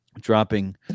dropping